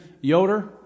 Yoder